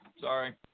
sorry